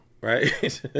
right